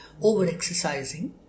overexercising